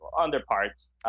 underparts